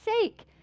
sake